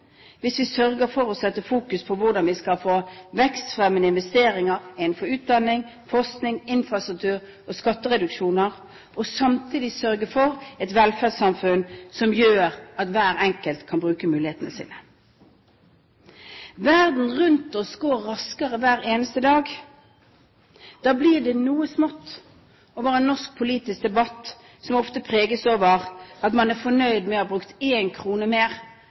hvis vi sørger for å fokusere på hvordan vi skal få vekstfremmende investeringer innenfor utdanning, forskning og infrastruktur, og skattereduksjoner, og samtidig sørge for et velferdssamfunn som gjør at hver enkelt kan bruke mulighetene sine. Verden rundt oss går raskere hver eneste dag. Da blir det noe smått over en norsk politisk debatt som ofte preges av at man er fornøyd med å ha brukt én krone mer